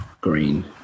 green